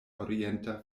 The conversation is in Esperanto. orienta